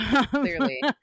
Clearly